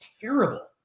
terrible